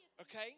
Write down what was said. Okay